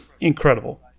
Incredible